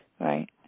Right